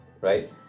right